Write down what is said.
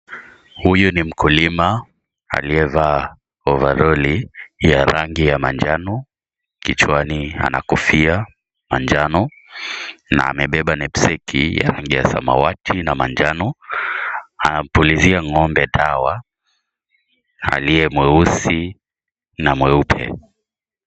Huyu ji mkulima, aliyevaa, ovaroli, ya rangi ya manjano, kichwani ana kofia manjano, na amebeba nepseki ya rangi ya samawati na manjano, anapulizia ngombe dawa, aliye mweusi, na mweupe.